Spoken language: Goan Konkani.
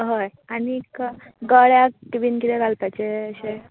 हय आनीक गळ्याक बीन कितें घालपाचे अशें